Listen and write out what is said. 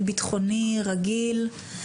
ביטחוני רגיל.